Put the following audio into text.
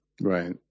Right